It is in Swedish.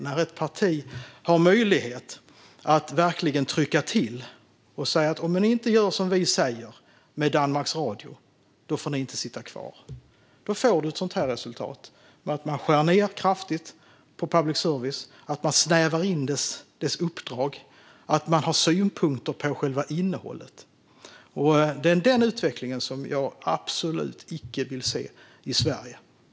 Det blir ett sådant här resultat när ett parti har möjlighet att verkligen trycka till och säga: "Om ni inte gör som vi säger med Danmarks Radio får ni inte sitta kvar". Då skär man ned kraftigt på public service, snävar in dess uppdrag och har synpunkter på själva innehållet. Det är denna utveckling som jag absolut icke vill se i Sverige.